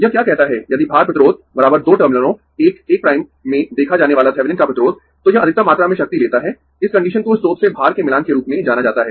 यह क्या कहता है यदि भार प्रतिरोध दो टर्मिनलों 1 1 प्राइम में देखा जाने वाला थेविनिन का प्रतिरोध तो यह अधिकतम मात्रा में शक्ति लेता है इस कंडीशन को स्रोत से भार के मिलान के रूप में जाना जाता है